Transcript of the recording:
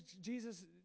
Jesus